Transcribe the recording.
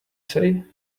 say